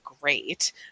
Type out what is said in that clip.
great